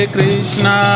Krishna